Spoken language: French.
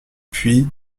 puis